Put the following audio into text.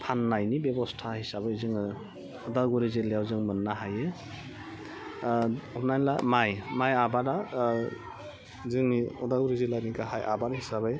फाननायनि बेब'स्था हिसाबै जोङो अदालगुरि जिल्लायाव जों मोन्नो हायो हमनानै ला माय माय आबादा जोंनि अदालगुरि जिल्लानि गाहाइ आबाद हिसाबै